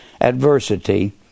adversity